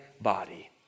body